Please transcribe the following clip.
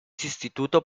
sustituto